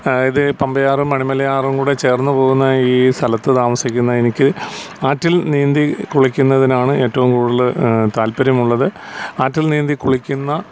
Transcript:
അതായത് പമ്പയാറും മണിമലയാറും കൂടെ ചേർന്ന് പോകുന്ന ഈ സ്ഥലത്ത് താമസിക്കുന്ന എനിക്ക് ആറ്റിൽ നീന്തി കുളിക്കുന്നതിനാണ് ഏറ്റവും കൂടുതൽ താൽപ്പര്യമുള്ളത് ആറ്റിൽ നീന്തി കുളിക്കുന്ന